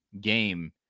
game